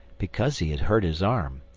because he had hurt his arm,